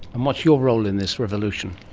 and what's your role in this revolution?